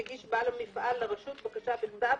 יגיש בעל המפעל לרשות בקשה בכתב